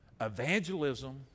evangelism